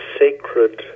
sacred